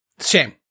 shame